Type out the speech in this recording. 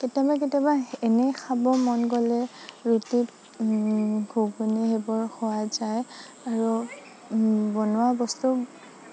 কেতিয়াবা কেতিয়াবা এনেই খাব মন গ'লে ৰুটি ঘুগুনি সেইবোৰ খোৱা যায় আৰু বনোৱা বস্তু